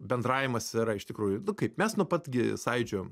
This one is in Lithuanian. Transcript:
bendravimas yra iš tikrųjų kaip mes nuo pat gi sąjūdžio